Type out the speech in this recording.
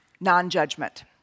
non-judgment